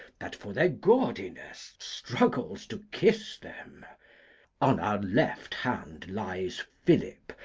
that for their gaudiness struggles to kiss them on our left hand lies phillip,